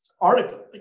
article